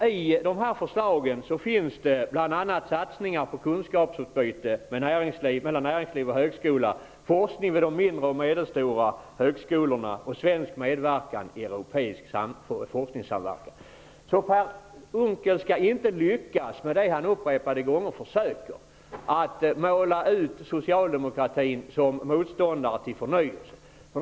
I de här förslagen ingår nämligen bl.a. satsningar på kunskapsutbyte mellan näringsliv och högskola, forskning vid de mindre och medelstora högskolorna och svensk medverkan i europeisk forskningssamverkan. Per Unckel skall inte lyckas med det han upprepade gånger försöker, nämligen att måla upp socialdemokratin som motståndare till förnyelse.